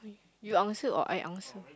you answer or I answer